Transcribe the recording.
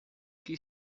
que